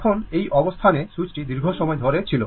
এখন এই অবস্থানে সুইচটি দীর্ঘ সময় ধরে ছিল